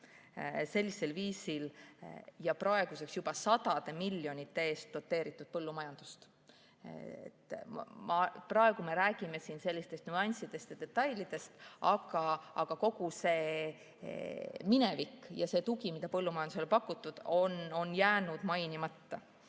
sellisel viisil ja praeguseks juba sadade miljonite ulatuses doteeritud põllumajandust. Praegu me räägime nüanssidest ja detailidest, aga kogu see minevik ja see tugi, mida põllumajandusele pakutud on, on jäänud mainimata.